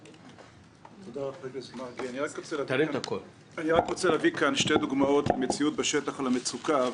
אני רק רוצה להביא לכאן שתי דוגמאות מהמציאות בשטח של המצוקה.